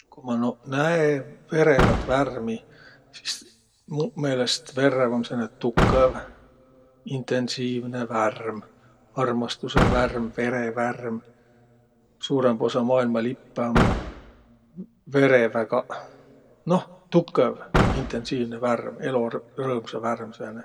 Ku ma noq näe verevät värmi, sis muq meelest verrev um sääne tukõv, intensiivne värm. Armastusõ värm, vere värm. Suurõmb osa maailma lippõ um verevägaq. Noh, tukõv, intensiivne värm, elorõõmsa värm sääne.